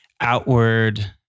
outward